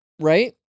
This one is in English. Right